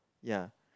ya